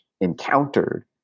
encountered